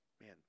Man